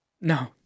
No